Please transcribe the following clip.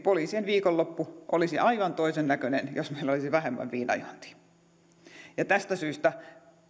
poliisien viikonloppu olisi aivan toisen näköinen jos meillä olisi vähemmän viinanjuontia tästä syystä